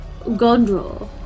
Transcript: Gondor